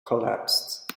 collapsed